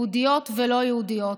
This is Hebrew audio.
יהודיות ולא יהודיות,